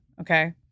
okay